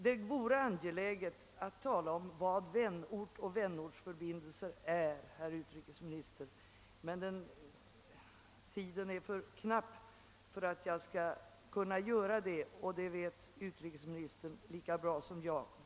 Det vore på sin plats att tala om vad vänortsförbindelser är, herr utrikesminister, men tiden är för knapp för att jag skall kunna göra det. Dessutom vet utrikesministern det lika bra som jag.